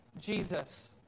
Jesus